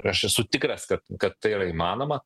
aš esu tikras kad kad tai yra įmanoma